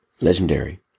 Legendary